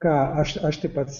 ką aš aš tai pats